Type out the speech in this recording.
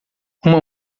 uma